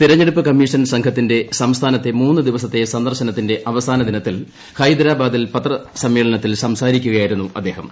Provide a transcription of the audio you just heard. തെരഞ്ഞെടുപ്പ് കമ്മീഷൻ സംഘത്തിന്റെ സംസ്ഥാനത്തെ മൂന്നു ദിവസത്തെ സന്ദർശനത്തിന്റെ അവസാന ദിനത്തിൽ ഹൈദരാബാദിൽ പത്രസമ്മേളനത്തിൽ സംസാരിക്കുകയായിരുന്നു അദ്ദേഹം